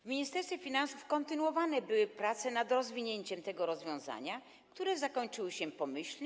W Ministerstwie Finansów kontynuowane były prace nad rozwinięciem tego rozwiązania, które zakończyły się pomyślnie.